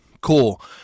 cool